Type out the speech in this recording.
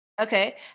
Okay